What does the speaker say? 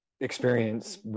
experience